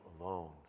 alone